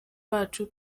bacu